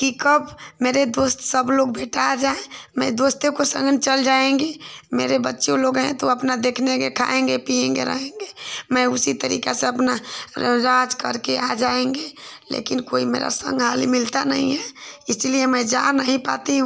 कि कब मेरे दोस्त सब लोग भेटा जाएँ मैं दोस्ते के संगन चल जाएँगे मेरे बच्चे लोग हैं तो अपना देखने के खाएँगे पिएँगे मैं उसी तरीका से अपना राज करके आ जाएँगे लेकिन कोई मेरा संगहाली मिलता नहीं है इसीलिए मैं जा नहीं पाती हूँ